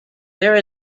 there